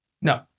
No